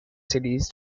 cities